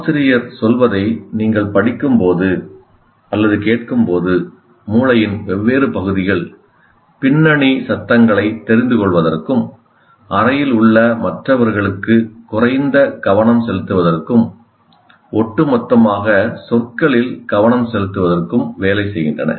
ஆசிரியர் சொல்வதை நீங்கள் படிக்கும்போது அல்லது கேட்கும்போது மூளையின் வெவ்வேறு பகுதிகள் பின்னணி சத்தங்களைத் தெரிந்துகொள்வதற்கும் அறையில் உள்ள மற்றவர்களுக்கு குறைந்த கவனம் செலுத்துவதற்கும் ஒட்டுமொத்தமாக சொற்களில் கவனம் செலுத்துவதற்கும் வேலை செய்கின்றன